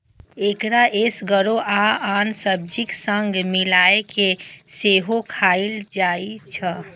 एकरा एसगरो आ आन सब्जीक संग मिलाय कें सेहो खाएल जाइ छै